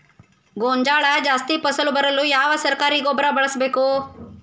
ಗೋಂಜಾಳ ಜಾಸ್ತಿ ಫಸಲು ಬರಲು ಯಾವ ಸರಕಾರಿ ಗೊಬ್ಬರ ಬಳಸಬೇಕು?